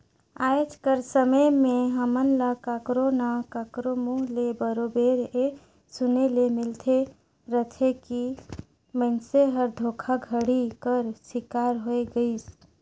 आएज कर समे में हमन ल काकरो ना काकरो मुंह ले बरोबेर ए सुने ले मिलते रहथे कि मइनसे हर धोखाघड़ी कर सिकार होए गइस